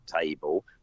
table